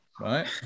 right